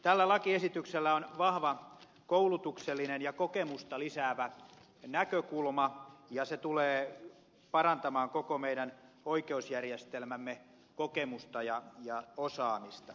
tällä lakiesityksellä on vahva koulutuksellinen ja kokemusta lisäävä näkökulma ja se tulee parantamaan koko meidän oikeusjärjestelmämme kokemusta ja osaamista